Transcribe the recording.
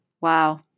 Wow